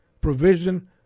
Provision